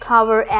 Cover